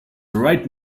right